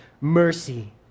mercy